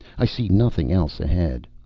i see nothing else ahead.